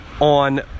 on